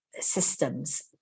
systems